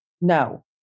No